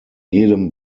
jedem